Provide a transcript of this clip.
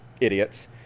idiots